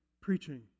preaching